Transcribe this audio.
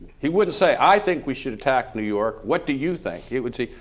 he wouldn't say, i think we should attack new york, what do you think? he would say,